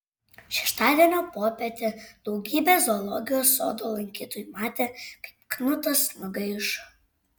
šeštadienio popietę daugybė zoologijos sodo lankytojų matė kaip knutas nugaišo